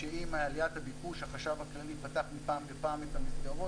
כשעם עליית הביקוש החשב הכללי פתח מפעם לפעם את המסגרות